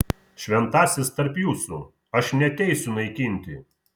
šventasis tarp jūsų aš neateisiu naikinti